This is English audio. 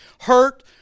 hurt